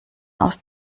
aus